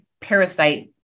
parasite